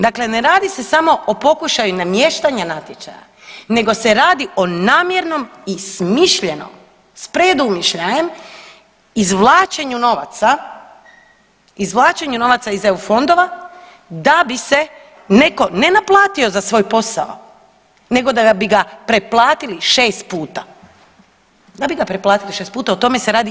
Dakle, ne radi se samo o pokušaju namještanja natječaja, nego se radi o namjernom i smišljenom, s predumišljajem izvlačenju novaca iz EU fondova da bi se netko ne naplatio za svoj posao, nego da bi ga preplatili 6 puta, da bi ga preplatili 6 puta, o tome se radi.